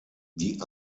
die